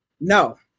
No